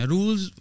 Rules